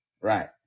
right